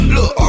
Look